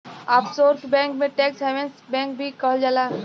offshore bank के tax havens bank भी कहल जाला